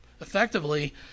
Effectively